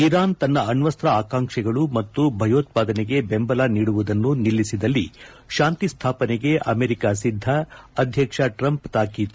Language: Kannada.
ಇರಾನ್ ತನ್ನ ಅಣ್ವಸ್ತ್ ಆಕಾಂಕ್ಷೆಗಳು ಮತ್ತು ಭಯೋತ್ವಾದನೆಗೆ ಬೆಂಬಲ ನೀಡುವುದನ್ನು ನಿಲ್ಲಿಸಿದಲ್ಲಿ ಶಾಂತಿ ಸ್ಥಾಪನೆಗೆ ಅಮೆರಿಕ ಸಿದ್ದ ಅಧ್ಯಕ್ಷ ಟ್ರಂಪ್ ತಾಕೀತು